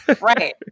right